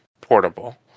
portable